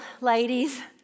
ladies